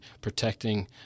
protecting